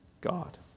God